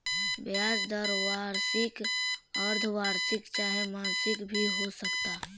ब्याज दर वार्षिक, अर्द्धवार्षिक चाहे मासिक भी हो सकता